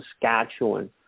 Saskatchewan